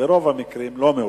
ברוב המקרים הן לא מאושרות,